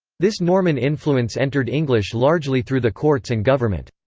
this norman influence entered english largely through the courts and government.